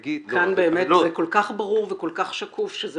כאן באמת זה כל כך ברור וכל כך שקוף שזה